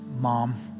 mom